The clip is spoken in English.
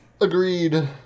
agreed